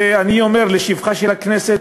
ואני אומר לשבחה של הכנסת,